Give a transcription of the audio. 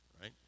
right